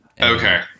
Okay